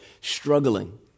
struggling